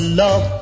love